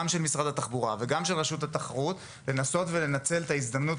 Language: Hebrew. משרד התחבורה ושל רשות התחרות לנסות ולנצל את ההזדמנות